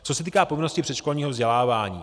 Co se týká povinnosti předškolního vzdělávání.